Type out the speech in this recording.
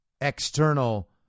external